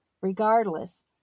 regardless